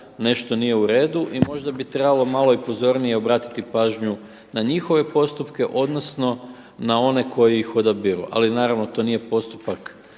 nešto nije u redu i možda bi trebalo malo i pozornije obratiti pažnju na njihove postupke, odnosno na one koji ih odabiru, ali naravno, to nije postupak